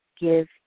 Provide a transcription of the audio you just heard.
give